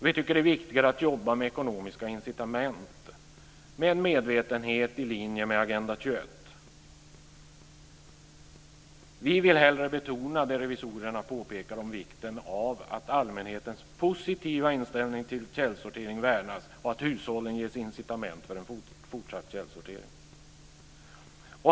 Vi tycker att det är viktigare att jobba med ekonomiska incitament, med en medvetenhet i linje med Agenda 21. Vi vill hellre betona det revisorerna påpekar om vikten av att allmänhetens positiva inställning till källsortering värnas och att hushållen ges incitament för en fortsatt källsortering.